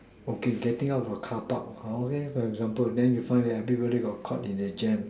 okay getting out of a carpark orh okay for example then you find out everybody got caught in a jam